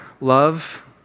love